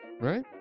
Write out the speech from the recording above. right